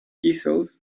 easels